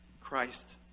Christ